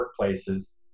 workplaces